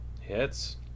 Hits